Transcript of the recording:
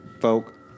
folk